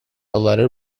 letter